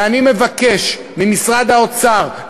ואני מבקש ממשרד האוצר,